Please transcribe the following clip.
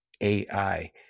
AI